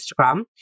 instagram